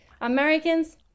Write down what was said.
Americans